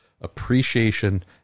appreciation